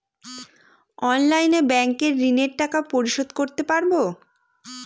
অনলাইনে ব্যাংকের ঋণের টাকা পরিশোধ করতে পারবো?